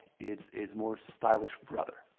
it is more stylish brother.